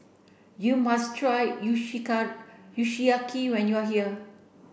you must try Kushiyaki when you are here